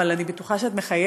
אבל אני בטוחה שאת מחייכת,